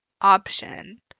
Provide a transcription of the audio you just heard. option